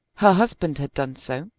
her husband had done so,